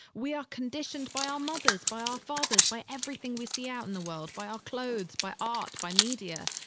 we are conditioned by our mothers, by our fathers, by everything we see out in the world, by our clothes, by art, by media.